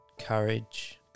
Courage